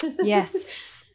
yes